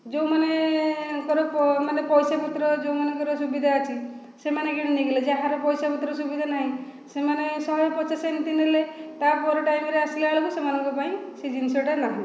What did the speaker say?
ଯେଉଁ ମାନଙ୍କର ମାନେ ପଇସା ପତ୍ର ଯେଉଁମାନଙ୍କର ସୁବିଧା ଅଛି ସେମାନେ କିଣିନେଇଗଲେ ଯାହାର ପଇସା ପତ୍ର ସୁବିଧା ନାହିଁ ସେମାନେ ଶହେ ପଚାଶ ଏମିତି ନେଲେ ତାପର ଟାଇମରେ ଆସିଲା ବେଳକୁ ସେମାନଙ୍କ ପାଇଁ ସେ ଜିନିଷଟା ନାହିଁ